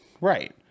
right